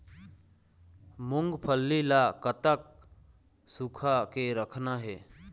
मूंगफली ला कतक सूखा के रखना हे?